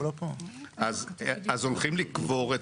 אז הולכים לקבור,